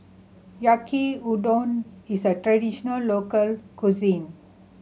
Yaki Udon is a traditional local cuisine